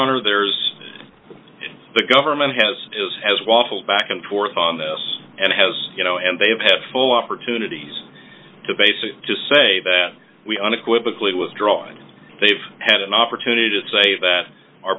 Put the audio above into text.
honor there's the government has is has waffled back and forth on this and has you know and they have had full opportunities to basically say that we unequivocally withdraw and they've had an opportunity to say that our